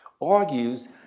argues